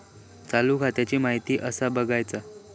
चालू खात्याची माहिती कसा बगायचा?